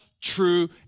true